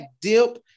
dip